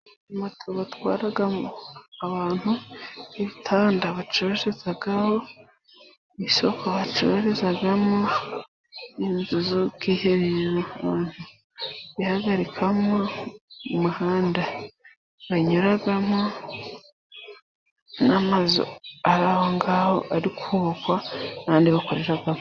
Moto batwaramo abantu，ibitanda bacururizaho， isoko bacururizamo， inzu z’ubwiherero bihagarikamo， umuhanda banyuramo，n’amazu ari aho ngaho， ari kubakwa n’andi bakoreramo...